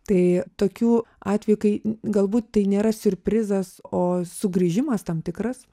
tai tokių atvejų kai galbūt tai nėra siurprizas o sugrįžimas tam tikras